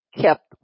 kept